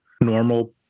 normal